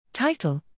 Title